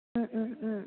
ओम ओम ओम